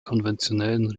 konventionellen